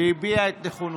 היא הביעה את נכונותה.